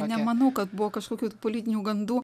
nemanau kad buvo kažkokių politinių gandų